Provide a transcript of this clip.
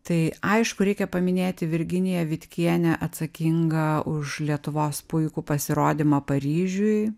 tai aišku reikia paminėti virginiją vitkienę atsakingą už lietuvos puikų pasirodymą paryžiuj